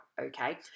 okay